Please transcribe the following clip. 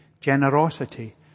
generosity